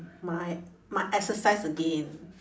my my exercise again